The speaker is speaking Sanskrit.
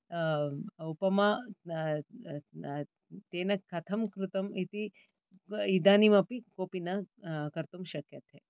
उपमा तेन कथं कृतम् इति इदानीमपि कोपि न कर्तुं शक्यते